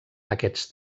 aquests